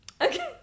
Okay